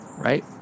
Right